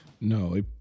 No